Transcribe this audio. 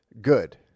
good